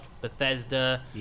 Bethesda